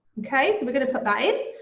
okay. so we're gonna put that in,